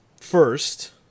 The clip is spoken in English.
first